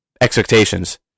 expectations